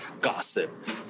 gossip